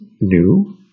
new